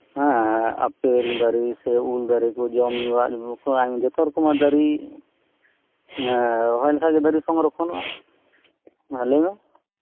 ᱦᱮᱸ ᱟᱯᱮᱞ ᱫᱟᱨᱤ ᱥᱮ ᱩᱞ ᱫᱟᱨᱤᱠᱩ ᱡᱚᱢ ᱡᱚᱛᱚ ᱨᱚᱠᱚᱢᱟᱜ ᱫᱟᱨᱤ ᱨᱚᱦᱚᱭ ᱞᱮᱠᱷᱟᱡᱜᱤ ᱫᱟᱨᱤ ᱥᱚᱝᱨᱚᱠᱷᱚᱱᱚᱜ ᱟ ᱦᱮᱸ ᱞᱟᱹᱭᱢᱮ